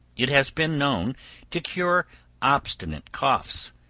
it has been known to cure obstinate coughs,